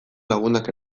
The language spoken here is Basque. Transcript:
lagunak